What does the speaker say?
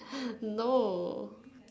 no